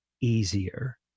easier